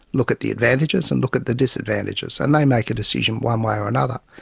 look at the advantages and look at the disadvantages, and they make a decision one way or another.